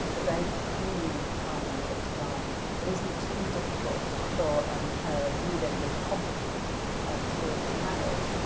um a very clean kind of design but isn't too difficult for a reader who is competent um to be able to manage.